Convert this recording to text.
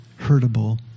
hurtable